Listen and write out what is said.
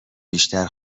بیشتر